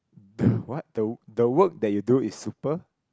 ppo what the the work that you do is super